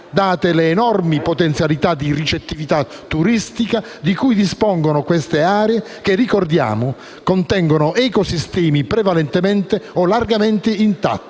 date le enormi potenzialità di ricettività turistica di cui dispongono queste aree che - ricordiamolo - contengono ecosistemi prevalentemente o largamente intatti,